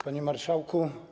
Panie Marszałku!